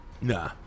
Nah